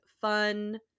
fun